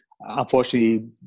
unfortunately